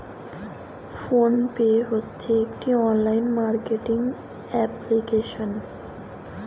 phone pay হচ্ছে একটি online marketing application